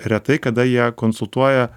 retai kada jie konsultuoja